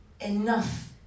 enough